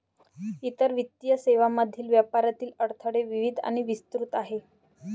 इतर वित्तीय सेवांमधील व्यापारातील अडथळे विविध आणि विस्तृत आहेत